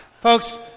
folks